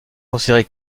considérée